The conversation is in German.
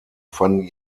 fanden